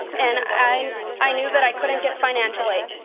and i i knew that i couldn't get financial aid.